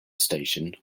station